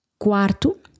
Quarto